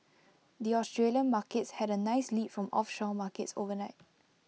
the Australian Markets had A nice lead from offshore markets overnight